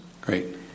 Great